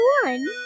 one